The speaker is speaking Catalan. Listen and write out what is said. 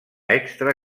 extra